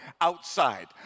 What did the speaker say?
outside